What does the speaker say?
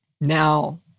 now